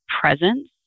presence